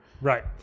Right